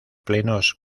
plenos